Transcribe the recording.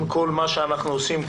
עם כל מה שאנחנו עושים,